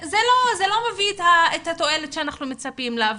זה לא מביא את התועלת שאנחנו מצפים לה.